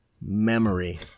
memory